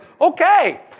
okay